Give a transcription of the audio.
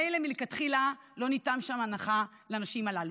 מילא אם מלכתחילה לא ניתנה שם הנחה לנשים הללו,